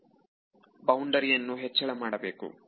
ವಿದ್ಯಾರ್ಥಿ ಬೌಂಡರಿಯನ್ನು ಹೆಚ್ಚಳ ಮಾಡಬೇಕು